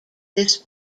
this